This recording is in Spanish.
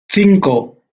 cinco